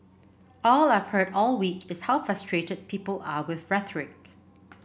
all I've heard all week is how frustrated people are with rhetoric